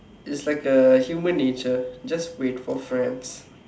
it's like a human nature just wait for friends